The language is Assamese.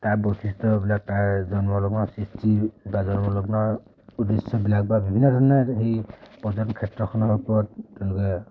তাৰ বৈশিষ্ট্যবিলাক তাৰ জন্মলগ্নৰ সৃষ্টি বা জন্মলগ্নৰ উদ্দেশ্যবিলাক বা বিভিন্ন ধৰণে সেই পৰ্যটন ক্ষেত্ৰখনৰ ওপৰত তেওঁলোকে